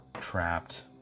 trapped